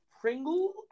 Pringle